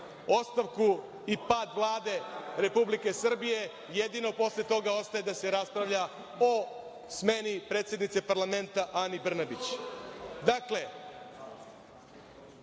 ostavku i pad Vlade Republike Srbije. Jedino posle toga ostaje da se raspravlja o smeni predsednice parlamenta Ani Brnabić. Dakle,